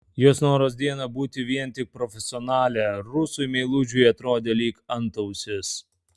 jos noras dieną būti vien tik profesionale rusui meilužiui atrodė lyg antausis